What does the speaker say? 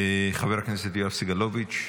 חבר הכנסת יואב סגלוביץ',